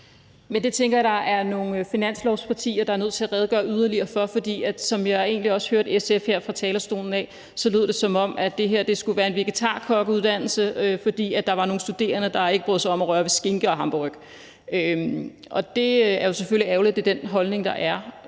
Det tænker jeg at der er nogle finanslovspartier der er nødt til at redegøre yderligere for. For som jeg egentlig også hørte SF sige fra talerstolen, lød det, som om der skulle være en vegetarkokkeuddannelse, fordi der var nogle studerende, der ikke brød sig om at røre ved skinke og hamburgerryg. Det er jo selvfølgelig ærgerligt, at det er den holdning, der er.